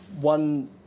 One